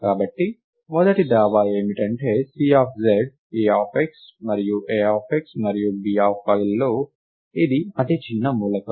కాబట్టి మొదటి దావా ఏమిటంటే Cz Ax మరియు Ax మరియు By లలో ఇది అతి చిన్న మూలకం